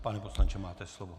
Pane poslanče, máte slovo.